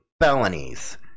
felonies